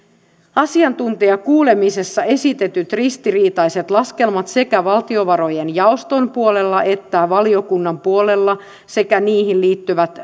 asiantuntijakuulemisessa esitetyt ristiriitaiset laskelmat sekä valtiovarojen jaoston puolella että valiokunnan puolella sekä niihin liittyvät